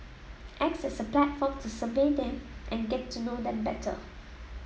acts as a platform to survey them and get to know them better